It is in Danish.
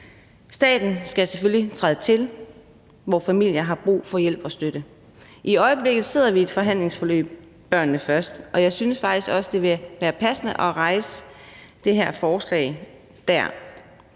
selvfølgelig træde til, hvor familier har brug for hjælp og støtte. I øjeblikket sidder vi i et forhandlingsforløb om »Børnene Først«, og jeg synes faktisk også, det ville være passende at rejse det her forslag dér.